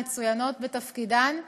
מצוינות בתפקידן.